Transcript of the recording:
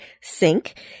sink